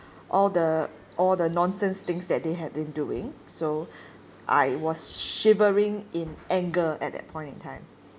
all the all the nonsense things that they had been doing so I was shivering in anger at that point in time